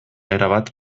erabat